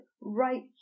right